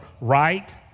right